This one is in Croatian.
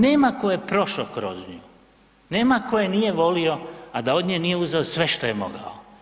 Nema tko je prošao kroz nju, nema tko je nije volio, a da od nje nije uzeo sve što je mogao.